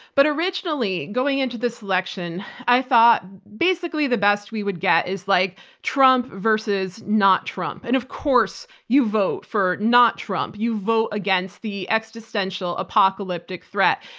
but originally going into this election, i thought basically the best we would get is like trump versus not trump, and of course, you vote for not trump, you vote against the existential apocalyptic threat.